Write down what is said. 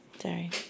Sorry